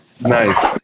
Nice